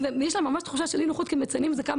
יש שם תחושה של אי נוחות כי הם מציינים את זה כמה